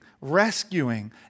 rescuing